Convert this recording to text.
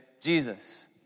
Jesus